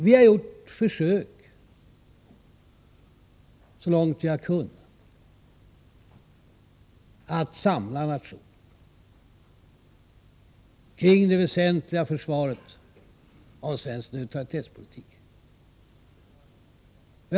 Vi har gjort försök så långt vi har kunnat att samla nationen kring det väsentliga försvaret av svensk neutralitetspolitik.